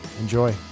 Enjoy